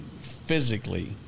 physically